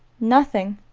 nothing.